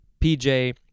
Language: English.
PJ